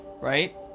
right